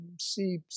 see